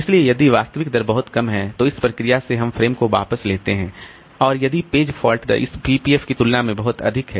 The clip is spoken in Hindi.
इसलिए यदि वास्तविक दर बहुत कम है तो इस प्रक्रिया से हम फ्रेम को वापस लेते हैं और यदि पेज फॉल्ट दर इस PFF की तुलना में बहुत अधिक है